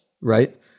right